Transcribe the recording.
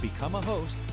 becomeahost